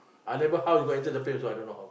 I never how to enter the plane I also don't know how